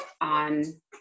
on